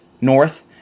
north